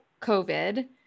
COVID